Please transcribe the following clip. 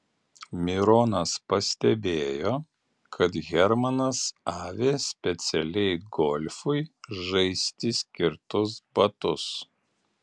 mironas pastebėjo kad hermanas avi specialiai golfui žaisti skirtus batus